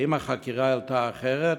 האם החקירה העלתה אחרת?